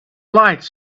lights